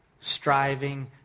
striving